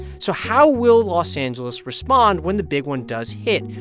so how will los angeles respond when the big one does hit?